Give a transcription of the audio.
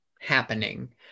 happening